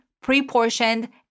pre-portioned